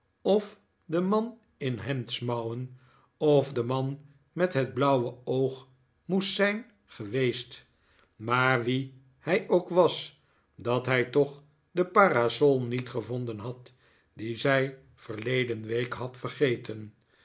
of de man in hemdsmouwen of de man met het blauwe oog moest zijn geweest maar wie hij ook was dat hij toch de parasol niet gevonden had die zij verleden week had vergeten